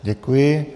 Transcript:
Děkuji.